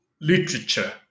literature